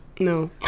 no